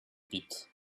pit